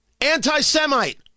Anti-Semite